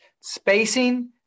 Spacing